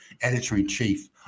Editor-in-Chief